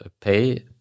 Pay